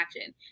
action